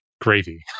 gravy